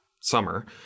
summer